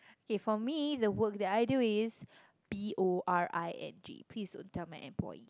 okay for me the work that I do is B_O_R_I_N_G please don't tell my employe~